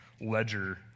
ledger